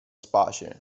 space